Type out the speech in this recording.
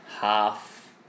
half